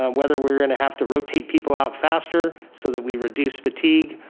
um whether we're gonna have to rotate people out faster so that we reduce fatigue,